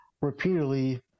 repeatedly